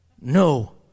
No